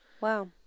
Wow